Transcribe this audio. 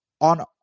on